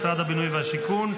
משרד הבינוי והשיכון,